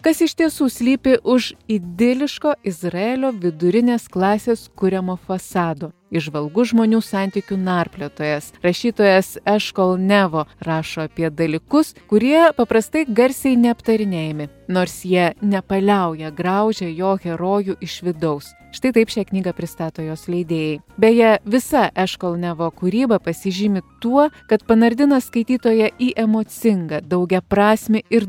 kas iš tiesų slypi už idiliško izraelio vidurinės klasės kuriamo fasado įžvalgus žmonių santykių narpliotojas rašytojas eškol nevo rašo apie dalykus kurie paprastai garsiai neaptarinėjami nors jie nepaliauja graužę jo herojų iš vidaus štai taip šią knygą pristato jos leidėjai beje visa eškol nevo kūryba pasižymi tuo kad panardina skaitytoją į emocingą daugiaprasmį ir